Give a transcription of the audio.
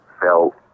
felt